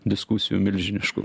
diskusijų milžiniškų